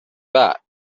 بعد